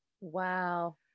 wow